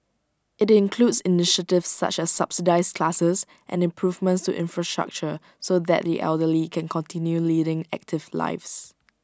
IT includes initiatives such as subsidised classes and improvements to infrastructure so that the elderly can continue leading active lives